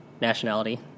nationality